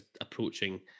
approaching